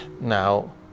Now